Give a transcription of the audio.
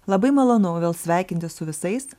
labai malonu vėl sveikintis su visais